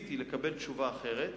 קיוויתי לקבל תשובה אחרת.